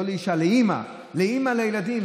אימא לילדים,